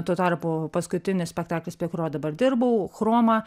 tuo tarpu paskutinis spektaklis prie kurio dabar dirbau chroma